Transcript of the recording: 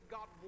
God